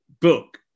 book